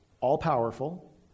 all-powerful